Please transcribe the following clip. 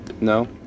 No